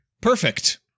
Perfect